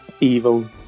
evil